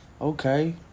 okay